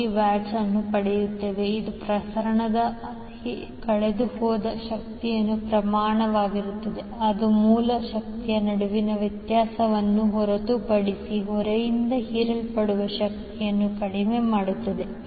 3VA ಇದು ಪ್ರಸರಣದಲ್ಲಿ ಕಳೆದುಹೋದ ಶಕ್ತಿಯ ಪ್ರಮಾಣವಾಗಿರುತ್ತದೆ ಅದು ಮೂಲ ಶಕ್ತಿಯ ನಡುವಿನ ವ್ಯತ್ಯಾಸವನ್ನು ಹೊರತುಪಡಿಸಿ ಹೊರೆಯಿಂದ ಹೀರಲ್ಪಡುವ ಶಕ್ತಿಯನ್ನು ಕಡಿಮೆ ಮಾಡುತ್ತದೆ